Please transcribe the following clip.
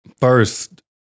First